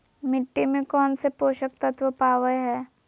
मिट्टी में कौन से पोषक तत्व पावय हैय?